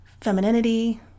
femininity